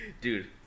dude